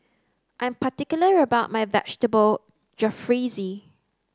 I am particular about my Vegetable Jalfrezi